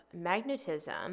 magnetism